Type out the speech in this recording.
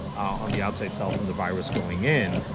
on the outside cell from the virus going in,